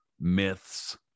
myths